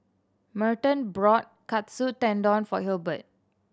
Merton bought Katsu Tendon for Hilbert